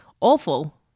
awful